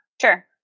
Sure